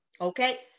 Okay